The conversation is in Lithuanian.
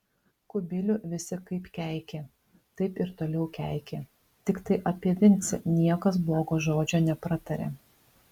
kubilių visi kaip keikė taip ir toliau keikė tiktai apie vincę niekas blogo žodžio nepratarė